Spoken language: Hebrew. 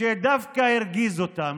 שדווקא הרגיז אותם.